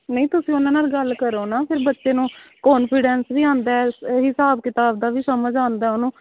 ਨਹੀਂ ਤੁਸੀਂ ਉਹਨਾਂ ਨਾਲ ਗੱਲ ਕਰੋ ਨਾ ਫਿਰ ਬੱਚੇ ਨੂੰ ਕੋਨਫੀਡੈਂਸ ਵੀ ਆਉਂਦਾ ਹੈ ਹਿਸਾਬ ਕਿਤਾਬ ਦਾ ਵੀ ਸਮਝ ਆਉਂਦਾ ਉਹਨੂੰ